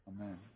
Amen